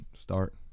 start